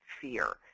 fear